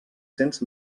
cents